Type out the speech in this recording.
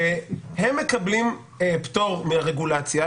הם מקבלים פטור מרגולציה,